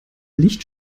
licht